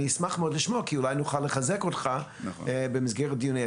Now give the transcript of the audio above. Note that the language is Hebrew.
אני אשמח מאוד לשמוע כי אולי נוכל לחזק אותך במסגרת דיוני התקציב.